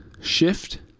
shift